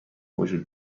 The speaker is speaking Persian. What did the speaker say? وجود